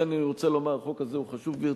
לכן אני רוצה לומר: החוק הזה הוא חשוב ביותר,